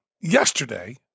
yesterday